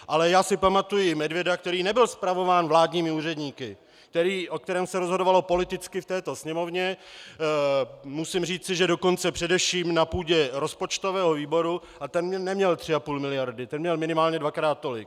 Ale já si pamatuji medvěda, který nebyl spravován vládními úředníky, o kterém se rozhodovalo politicky v této sněmovně, musím říct, že dokonce především na půdě rozpočtového výboru, a ten neměl 3,5 mld., ten měl minimálně dvakrát tolik.